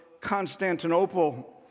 Constantinople